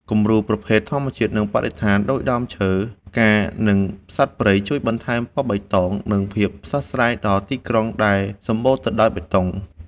គំនូរប្រភេទ ធម្មជាតិ និងបរិស្ថាន ដូចជាដើមឈើ ផ្កា និងសត្វព្រៃ ជួយបន្ថែមពណ៌បៃតង និងភាពស្រស់ស្រាយដល់ទីក្រុងដែលសម្បូរទៅដោយបេតុង។